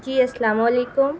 جی السلام علیکم